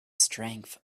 strength